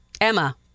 Emma